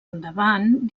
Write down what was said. endavant